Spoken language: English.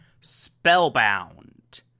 Spellbound